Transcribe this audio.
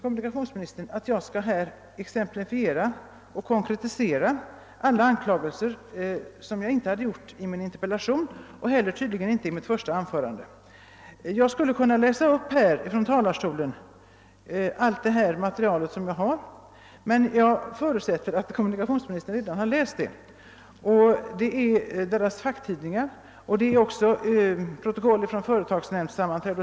Kommunikationsministern begär att jag skall exemplifiera och konkretisera alla anklagelser, vilket han menade att jag inte gjort i min interpellation och tydligen inte heller i mitt första anförande. Ja, jag skulle från talarstolen kunna redovisa allt det material jag har, men jag förutsätter att kommunikationsministern redan har tagit del av det. Det är personalens facktidningar, och det är protokoll från företagsnämndssammanträden.